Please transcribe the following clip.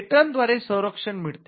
patent द्वारे संरक्षण मिळते